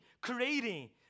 creating